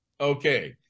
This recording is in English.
Okay